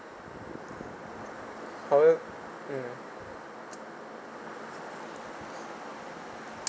how you mm